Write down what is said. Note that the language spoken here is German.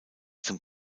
zum